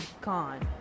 gone